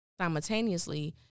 simultaneously